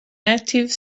active